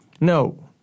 No